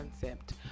concept